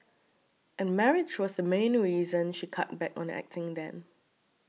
and marriage was the main reason she cut back on acting then